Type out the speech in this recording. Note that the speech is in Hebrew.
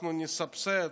אנחנו נסבסד,